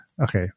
okay